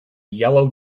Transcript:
yellow